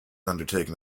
undertaken